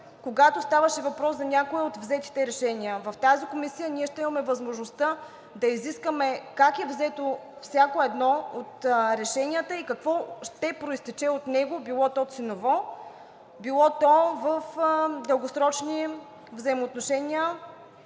когато ставаше въпрос за някои от взетите решения. В тази Комисия ще имаме възможността да изискаме как е взето всяко едно от решенията и какво ще произтече от него – било то ценово, било то в дългосрочни взаимоотношения